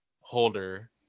holder